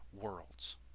worlds